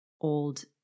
old